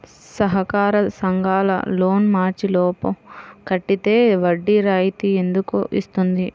సహకార సంఘాల లోన్ మార్చి లోపు కట్టితే వడ్డీ రాయితీ ఎందుకు ఇస్తుంది?